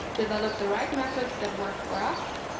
develop the right methods that work for us,